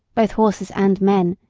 both horses and men,